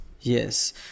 yes